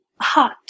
hot